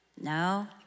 No